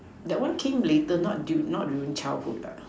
that one came later not du~ not during childhood lah